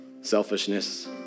selfishness